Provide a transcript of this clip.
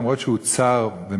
אומנם הוא צר ומפותל,